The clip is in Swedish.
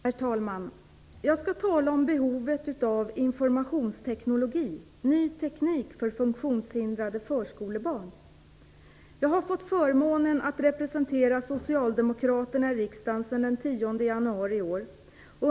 Herr talman! Jag skall tala om behovet av informationsteknologi - ny teknik för funktionshindrade förskolebarn. Jag har fått förmånen att representera Socialdemokraterna i riksdagen sedan den 10 januari detta år.